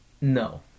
No